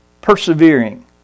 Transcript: persevering